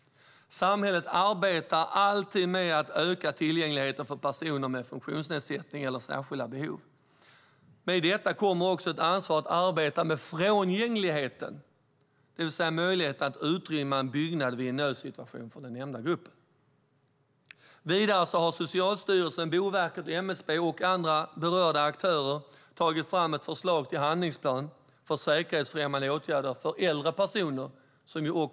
Samhället arbetar alltid med att öka tillgängligheten för personer med funktionsnedsättning eller särskilda behov. Med detta kommer också ett ansvar att arbeta med frångängligheten, det vill säga möjligheten att utrymma en byggnad vid en nödsituation för den nämnda gruppen. Socialstyrelsen, Boverket, MSB och andra berörda aktörer har tagit fram ett förslag till handlingsplan för säkerhetsfrämjande åtgärder för äldre personer.